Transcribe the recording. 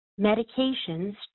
medications